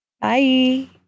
Bye